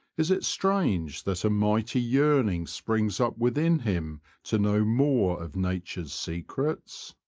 is it strange that a mighty yearning springs up within him to know more of nature's secrets?